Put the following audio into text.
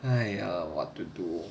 !aiya! what to do